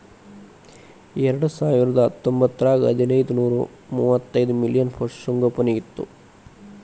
ಎರೆಡಸಾವಿರದಾ ಹತ್ತೊಂಬತ್ತರಾಗ ಐದನೂರಾ ಮೂವತ್ತೈದ ಮಿಲಿಯನ್ ಪಶುಸಂಗೋಪನೆ ಇತ್ತು